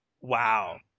Wow